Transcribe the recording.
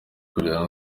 kurira